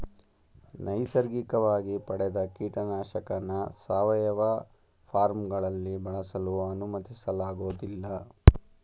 ನೈಸರ್ಗಿಕವಾಗಿ ಪಡೆದ ಕೀಟನಾಶಕನ ಸಾವಯವ ಫಾರ್ಮ್ಗಳಲ್ಲಿ ಬಳಸಲು ಅನುಮತಿಸಲಾಗೋದಿಲ್ಲ